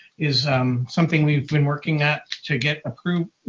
is something we've been working at to get approved,